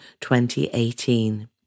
2018